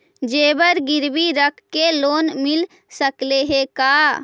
जेबर गिरबी रख के लोन मिल सकले हे का?